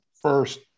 first